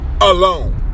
alone